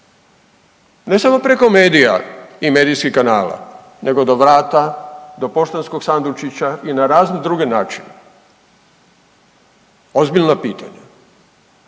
ne samo preko medija i medijski kanala nego do vrata, do poštanskog sandučića i na razne druge načine. Ozbiljna pitanja,